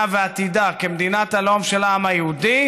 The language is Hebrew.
ועתידה כמדינת הלאום של העם היהודי,